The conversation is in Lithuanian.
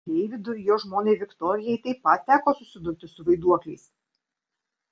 deividui ir jo žmonai viktorijai taip pat teko susidurti su vaiduokliais